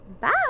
Bye